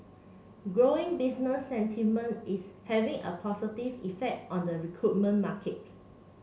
growing business sentiment is having a positive effect on the recruitment market